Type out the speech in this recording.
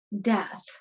death